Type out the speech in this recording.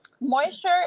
Moisture